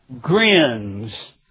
grins